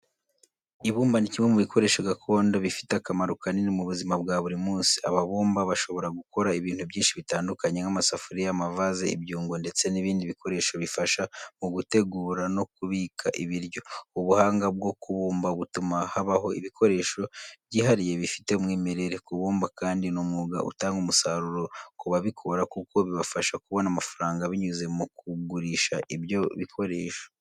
Ibumba ni kimwe mu bikoresho gakondo bifite akamaro kanini mu buzima bwa buri munsi. Ababumba bashobora gukora ibintu byinshi bitandukanye nk’amasafuriya, amavaze, ibyungo, ndetse n’ibindi bikoresho bifasha mu gutegura no kubika ibiryo. Ubu buhanga bwo kubumba butuma habaho ibikoresho byihariye bifite umwimerere. Kubumba kandi ni umwuga utanga umusaruro ku babikora, kuko bibafasha kubona amafaranga binyuze mu kugurisha ibyo bikoresho.